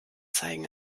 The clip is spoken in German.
zeigen